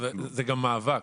זה גם מאבק.